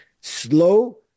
slow